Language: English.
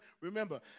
Remember